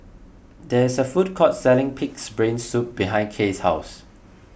there is a food court selling Pig's Brain Soup behind Kay's house